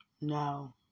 No